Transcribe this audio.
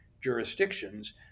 jurisdictions